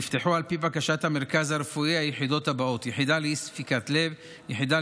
נפתחו על פי בקשת המרכז הרפואי היחידה לאי-ספיקת לב ויחידה